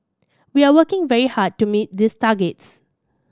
we are working very hard to meet these targets